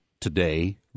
today